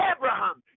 Abraham